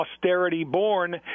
austerity-born